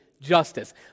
justice